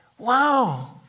Wow